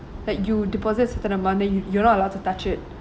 like you deposit a certain amount then you you're not allowed to touch it